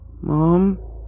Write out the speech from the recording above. Mom